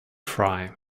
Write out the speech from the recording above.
fry